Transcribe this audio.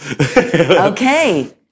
Okay